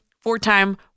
four-time